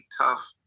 tough